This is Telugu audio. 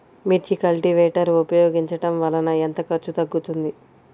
మిర్చి కల్టీవేటర్ ఉపయోగించటం వలన ఎంత ఖర్చు తగ్గుతుంది?